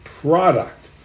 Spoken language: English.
product